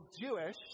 Jewish